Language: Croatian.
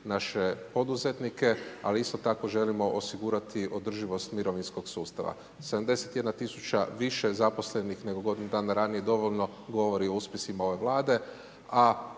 naše poduzetnike, ali isto tako želimo osigurati održivost mirovinskog sustava. 71 000 više zaposlenih nego godinu dana ranije dovoljno govori o uspjesima ove Vlade,